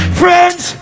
friends